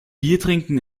biertrinken